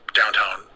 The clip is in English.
downtown